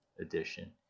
Edition